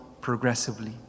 progressively